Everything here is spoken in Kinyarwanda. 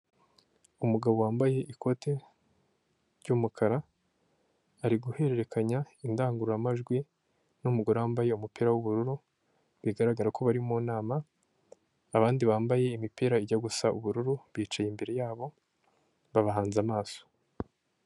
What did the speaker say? Tengamara na tiveya twongeye kubatengamaza, ishimwe kuri tiveya ryongeye gutangwa ni nyuma y'ubugenzuzi isuzuma n'ibikorwa byo kugaruza umusoro byakozwe dukomeje gusaba ibiyamu niba utariyandikisha kanda kannyeri maganainani urwego ukurikiza amabwiriza nibayandikishije zirikana fatire ya ibiyemu no kwandikisha nimero yawe ya telefone itanga n amakuru.